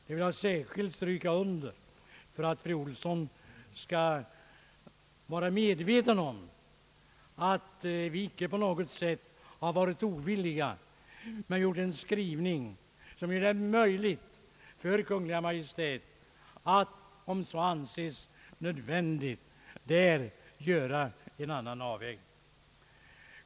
Det vill jag särskilt stryka under för att fru Olsson skail vara medveten om att vi icke på något sätt varit ovilliga, men att vår skrivning gör det möjligt för Kungl. Maj:t att, om så anses nödvändigt, där göra en annan avvägning.